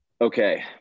Okay